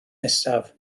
nesaf